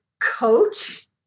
coach